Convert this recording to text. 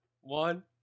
One